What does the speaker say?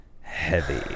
heavy